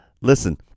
Listen